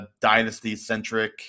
dynasty-centric